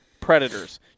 predators